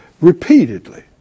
repeatedly